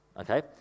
Okay